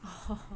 oh